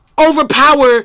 overpower